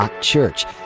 Church